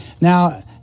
Now